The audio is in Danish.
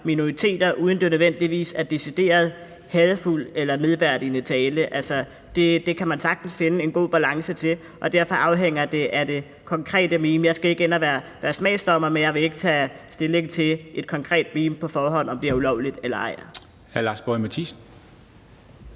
minoriteter, uden at der nødvendigvis er decideret hadefuld eller nedværdigende tale; altså det kan man sagtens finde en god balance i, og derfor afhænger det af det konkrete meme. Jeg skal ikke ind og være smagsdommer, men jeg vil ikke på forhånd tage stilling til, om et konkret meme er ulovligt eller ej.